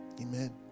Amen